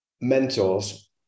mentors